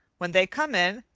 when they come in,